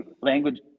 language